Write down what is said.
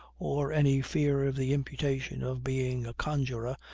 or any fear of the imputation of being a conjurer,